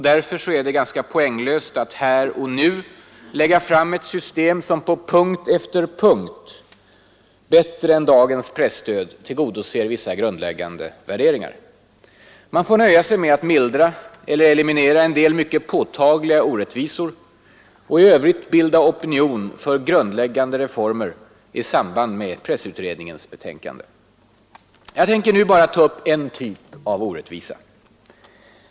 Därför är det ganska poänglöst att här och nu lägga fram ett system som på punkt efter punkt bättre än dagens presstöd tillgodoser vissa grundläggande värderingar. Man får nöja sig med att mildra eller eliminera en del mycket påtagliga orättvisor och i övrigt bilda opinion för grundläggande reformer i samband med pressutredningens betänkande. Jag tänker nu bara ta upp en typ av orättvisa.